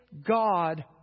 God